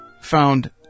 found